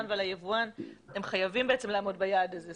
ועל היבואן שהם חייבים לעמוד ביעד הזה.